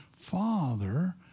father